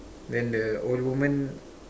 then the old woman